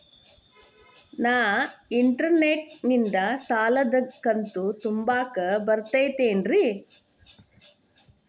ನಾ ಇಂಟರ್ನೆಟ್ ನಿಂದ ಸಾಲದ ಕಂತು ತುಂಬಾಕ್ ಬರತೈತೇನ್ರೇ?